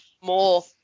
more